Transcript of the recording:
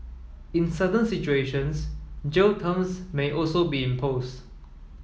in certain situations jail terms may also be imposed